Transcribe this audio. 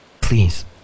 Please